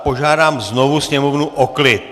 Požádám znovu sněmovnu o klid!